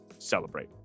celebrate